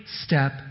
step